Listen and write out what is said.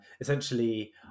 Essentially